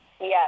Yes